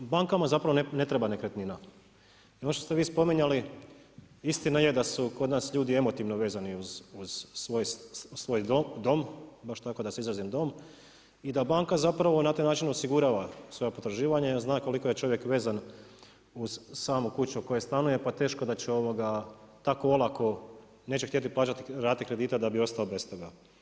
Bankama zapravo ne treba nekretnina i ovo što ste svi spominjali, istina je da su kod nas ljudi emotivno vezani uz svoj dom, baš tako da se izrazim dom, i da banka na taj način osigurava svoja potraživanja jel zna koliko je čovjek vezan uz samu kuću u kojoj stanuje pa teško da će tako olako neće htjeti plaćati rate kredita da bi ostao bez toga.